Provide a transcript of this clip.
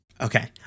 Okay